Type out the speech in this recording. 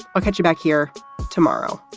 i'll catch you back here tomorrow